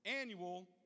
Annual